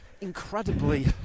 incredibly